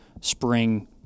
spring